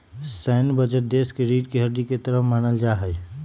सैन्य बजट देश के रीढ़ के हड्डी के तरह मानल जा हई